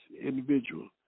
individual